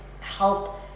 help